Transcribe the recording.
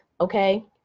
okay